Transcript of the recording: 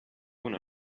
una